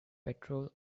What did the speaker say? petrol